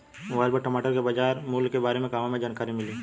Mobile पर टमाटर के बजार मूल्य के बारे मे कहवा से जानकारी मिली?